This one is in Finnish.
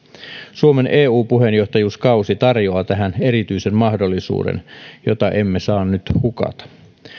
suomen eu puheenjohtajuuskausi tarjoaa tähän erityisen mahdollisuuden jota emme saa nyt hukata